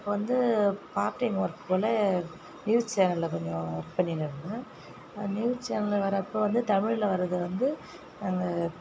அப்போ வந்து part time work போல் நியூஸ் சேனலில் கொஞ்சம் ஒர்க் பண்ணினுயிருந்தேன் நியூஸ் சேனல் வரப்போது வந்து தமிழில் வர்றத வந்து அந்த